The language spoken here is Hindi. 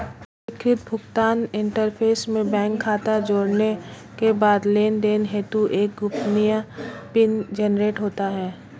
एकीकृत भुगतान इंटरफ़ेस में बैंक खाता जोड़ने के बाद लेनदेन हेतु एक गोपनीय पिन जनरेट होता है